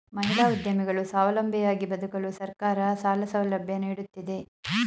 ಮಹಿಳಾ ಉದ್ಯಮಿಗಳು ಸ್ವಾವಲಂಬಿಯಾಗಿ ಬದುಕಲು ಸರ್ಕಾರ ಸಾಲ ಸೌಲಭ್ಯ ನೀಡುತ್ತಿದೆ